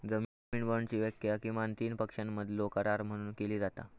जामीन बाँडची व्याख्या किमान तीन पक्षांमधलो करार म्हणून केली जाता